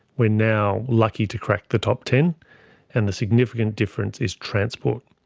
we're now lucky to crack the top ten and the significant difference is transport.